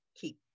keep